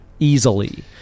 Easily